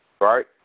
right